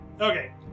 Okay